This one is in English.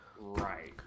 Right